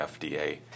FDA